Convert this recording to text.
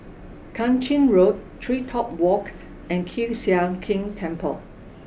Kang Ching Road TreeTop Walk and Kiew Sian King Temple